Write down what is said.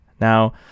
Now